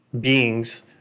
beings